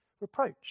reproach